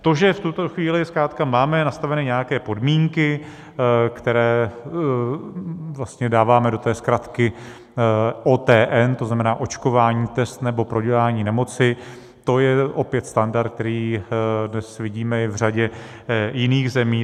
To, že v tuto chvíli zkrátka máme nastaveny nějaké podmínky, které vlastně dáváme do té zkratky OTN, to znamená očkování, test nebo prodělání nemoci, to je opět standard, který dnes vidíme i v řadě jiných zemí.